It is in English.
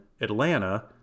Atlanta